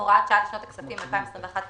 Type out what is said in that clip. "הוראת שעה לשנות הכספים 2021-2023